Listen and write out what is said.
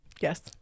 Yes